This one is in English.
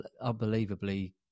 unbelievably